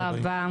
תודה רבה,